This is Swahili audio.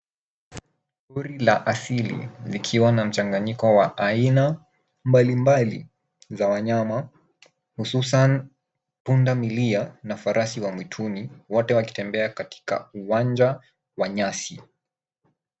Pori la asili likiwa na mchanganyiko wa aina mbalimbali za wanyama hususan pundamilia na farasi wa mwituni wote wakitembea katika uwanja wa nyasi.